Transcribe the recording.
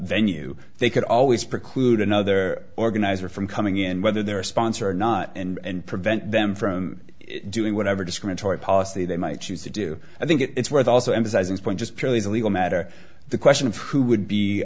venue they could always preclude another organizer from coming in whether they're a sponsor or not and prevent them from doing whatever discriminatory policy they might choose to do i think it's worth also emphasizing the point just purely as a legal matter the question of who would